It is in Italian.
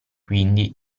quindi